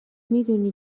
میدونی